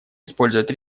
использовать